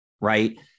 Right